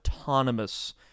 autonomous